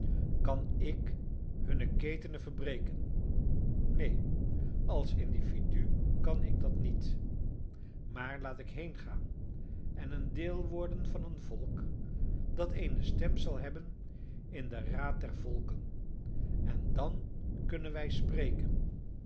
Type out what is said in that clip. kan ik hunne ketenen verbreken neen als individu kan ik dat niet maar laat ik heengaan en een deel worden van een volk dat eene stem zal hebben in den raad der volken en dan kunnen wij spreken